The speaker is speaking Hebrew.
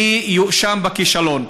מי יואשם בכישלון.